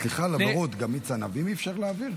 סליחה על הבורות, גם מיץ ענבים אי-אפשר להעביר?